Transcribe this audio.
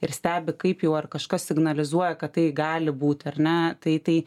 ir stebi kaip jau ar kažkas signalizuoja kad tai gali būt ar ne tai tai